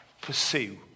pursue